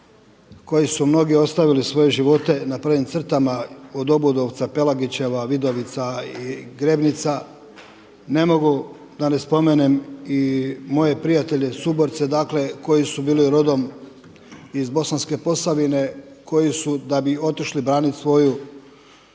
koji su mnogi ostavili svoje živote na prvim crtama od Obudovca, Pelagićeva, Vidovica i Grebnica. Ne mogu da ne spmenem i moje prijatelje suborce dakle koji su bili rodom iz Bosanske Posavine koji su da bi otišli braniti svoju